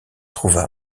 trouva